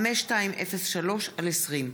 פ/5203/20.